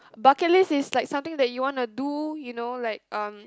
bucket list is like something that you wanna do you know like um